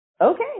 Okay